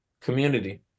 community